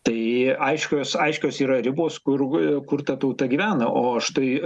tai aiškios aiškios yra ribos kur kur ta tauta gyvena o štai